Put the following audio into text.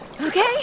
Okay